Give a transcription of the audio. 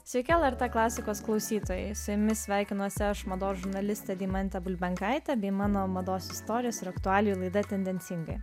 sveiki lrt klasikos klausytojai su jumis sveikinuosi aš mados žurnalistė deimantė bulbenkaitė bei mano mados istorijos ir aktualijų laida tendencingai